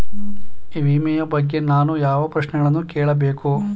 ವಿಮೆಯ ಬಗ್ಗೆ ನಾನು ಯಾವ ಪ್ರಶ್ನೆಗಳನ್ನು ಕೇಳಬೇಕು?